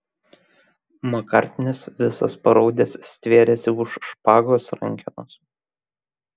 makartnis visas paraudęs stvėrėsi už špagos rankenos